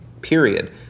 period